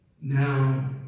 now